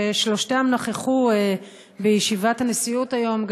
ששלושתם נכחו בישיבת הנשיאות היום,